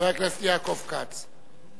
חבר הכנסת יעקב כץ.